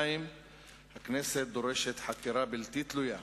2. הכנסת דורשת חקירה בלתי תלויה,